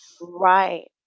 Right